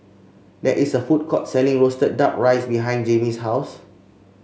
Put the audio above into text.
there is a food court selling roasted duck rice behind Jaimie's house